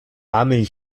milch